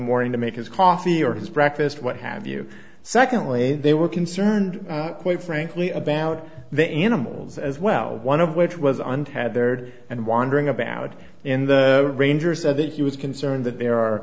morning to make his coffee or his breakfast what have you secondly they were concerned quite frankly about the animals as well one of which wasn't had dared and wandering about in the ranger said that he was concerned that there are